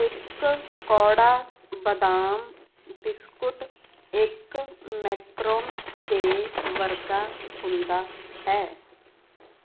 ਇੱਕ ਕੌੜਾ ਬਦਾਮ ਬਿਸਕੁਟ ਇੱਕ ਮੈਕਰੋਨ ਦੇ ਵਰਗਾ ਹੁੰਦਾ ਹੈ